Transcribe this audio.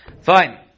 Fine